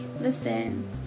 listen